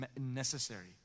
necessary